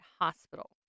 Hospital